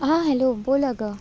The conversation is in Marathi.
हां हॅलो बोल अगं